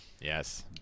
Yes